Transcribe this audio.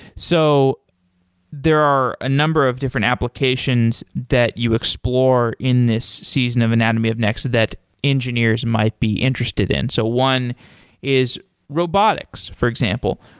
so there are a number of different applications that you explore in this season of anatomy of next that engineers might be interested in. so one is robotics, for example.